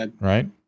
Right